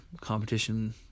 competition